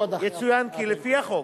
יצוין כי לפי החוק